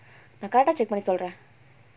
நா:naa correct ah check பண்ணி சொல்றேன்:panni solraen